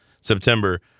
September